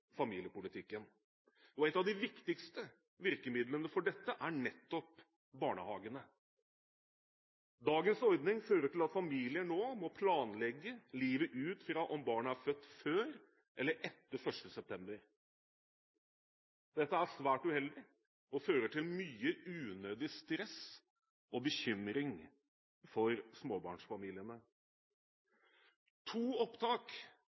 Et av de viktigste virkemidlene for dette er nettopp barnehagene. Dagens ordning fører til at familien nå må planlegge livet ut fra om barnet er født før eller etter 1. september. Dette er svært uheldig og fører til mye unødig stress og bekymring for småbarnsfamiliene. To opptak